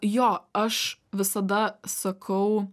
jo aš visada sakau